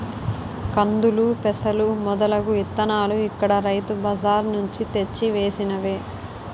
కందులు, పెసలు మొదలగు ఇత్తనాలు ఇక్కడ రైతు బజార్ నుంచి తెచ్చి వేసినవే